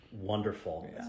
Wonderful